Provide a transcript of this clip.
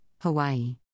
Hawaii